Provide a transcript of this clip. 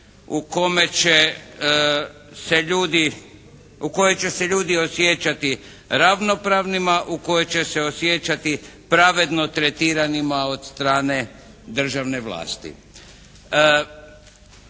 u kojoj će se ljudi osjećati ravnopravnima, u kojoj će se osjećati pravedno tretiranima od strane državne vlasti.